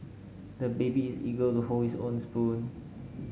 the baby is eager to hold his own spoon